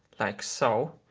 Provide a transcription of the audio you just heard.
like so.